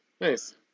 Nice